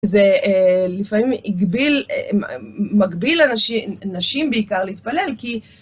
זה לפעמים הגביל... מגביל אנשים, נשים בעיקר, להתפלל כי...